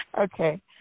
Okay